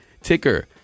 ticker